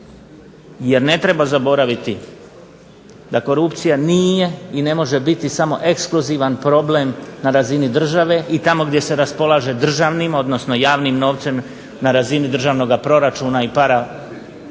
jer ne treba zaboraviti da korupcija nije i ne može biti samo ekskluzivan problem na razini države i tamo gdje se raspolaže državnim, odnosno javnim novcem na razini državnoga proračuna i paraproračunskih